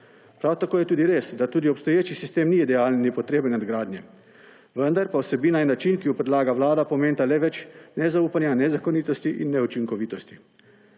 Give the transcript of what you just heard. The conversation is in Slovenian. Prav tako je tudi res, da tudi obstoječi sistem ni idealen in je potreben nadgradnje, vendar pa vsebina in način, ki ju predlaga Vlada, pomenita le več nezaupanja, nezakonitosti in neučinkovitosti.